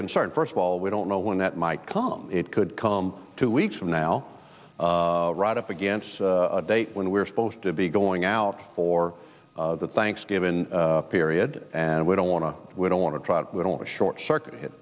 concern first of all we don't know when that might come it could come two weeks from now right up against a date when we're supposed to be going out for the thanksgiving period and we don't want to we don't want to try to short circuit it